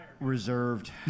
reserved